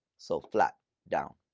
so flat down.